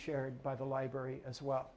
shared by the library as well